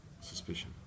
Suspicion